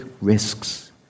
risks